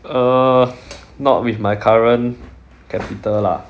uh not with my current capital lah